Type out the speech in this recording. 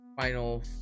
final